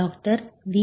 doctor V